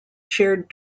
shared